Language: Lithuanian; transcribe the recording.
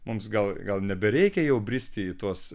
mums gal gal nebereikia jau bristi į tuos